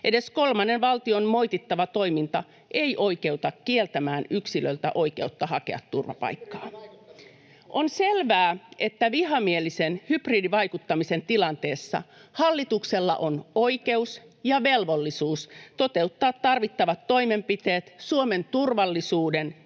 Edes kolmannen valtion moitittava toiminta ei oikeuta kieltämään yksilöltä oikeutta hakea turvapaikkaa. [Mika Niikko: Entäs hybridivaikuttaminen?] On selvää, että vihamielisen hybridivaikuttamisen tilanteessa hallituksella on oikeus ja velvollisuus toteuttaa tarvittavat toimenpiteet Suomen turvallisuuden ja